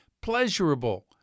pleasurable